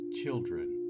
children